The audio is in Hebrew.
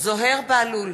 זוהיר בהלול,